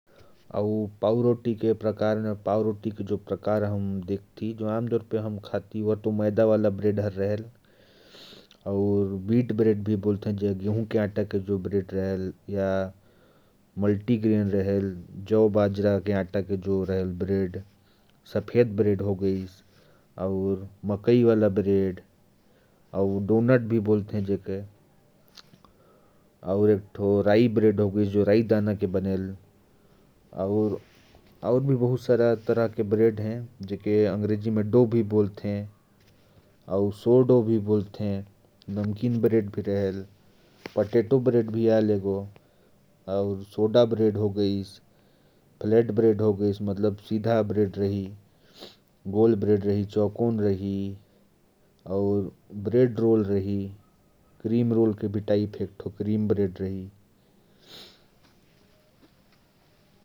पाव रोटी के प्रकार, जिन्हें हम आम तौर पर खाते हैं, उन्हें मैदा वाला ब्रेड कहा जाता है। इसके अलावा गेहूं वाला ब्रेड, मल्टी-ग्रेन ब्रेड, जौ, बाजरा का ब्रेड, मकई ब्रेड, डोनट भी एक प्रकार के ब्रेड होते हैं। और भी ब्रेड हैं, जिन्हें अंग्रेजी में 'टोस्ट ब्रेड','फ्लैट ब्रेड' कहा जाता है। इसके साथ-साथ चौकोर, गोल ब्रेड, और क्रीम ब्रेड भी होते हैं।